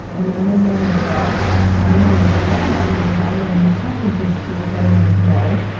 and i remember that i didn't want to tell them because i wanted my husband to be the first one to know,